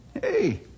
Hey